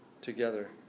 together